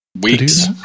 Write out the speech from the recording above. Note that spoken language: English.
Weeks